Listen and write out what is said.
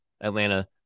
Atlanta